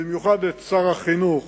במיוחד את שר החינוך